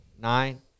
Nine